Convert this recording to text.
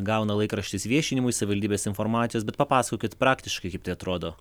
gauna laikraštis viešinimui savivaldybės informacijos bet papasakokit praktiškai kaip tai atrodo